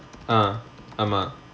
ah ஆமா:aamaa